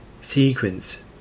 sequence